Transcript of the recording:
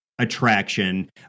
Attraction